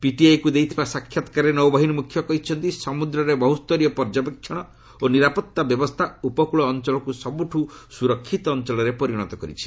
ପିଟିଆଇକୃ ଦେଇଥିବା ସାକ୍ଷାତ୍କାରରେ ନୌବାହିନୀ ମ୍ରଖ୍ୟ କହିଛନ୍ତି ସମ୍ବଦ୍ରରେ ବହ୍ରସ୍ତରୀୟ ପର୍ଯ୍ୟବେକ୍ଷଣ ଓ ନିରାପତ୍ତା ବ୍ୟବସ୍ଥା ଉପକୃଳ ଅଞ୍ଚଳକୃ ସବୁଠୁ ସୁରକ୍ଷିତ ଅଞ୍ଚଳରେ ପରିଣତ କରିଛି